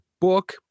book